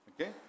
Okay